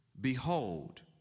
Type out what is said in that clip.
behold